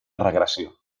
regressió